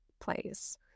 place